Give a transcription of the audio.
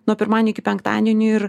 nuo pirmadienio iki penktadienio ir